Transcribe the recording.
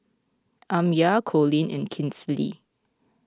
Amya Coleen and Kinsley